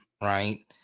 right